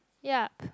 yeap